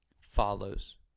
follows